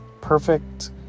perfect